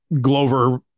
Glover